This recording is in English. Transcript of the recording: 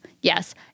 Yes